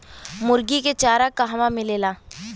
मुर्गी के चारा कहवा मिलेला?